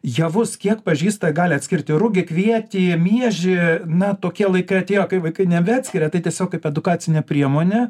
javus kiek pažįsta gali atskirti rugį kvietį miežį na tokie laikai atėjo kai vaikai nebeatskiria tai tiesiog kaip edukacinė priemonė